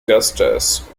justice